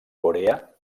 corea